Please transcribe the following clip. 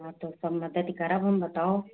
हाँ तौ सब मदति करब हम बताओ